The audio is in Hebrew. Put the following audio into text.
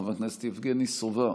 חבר הכנסת יבגני סובה,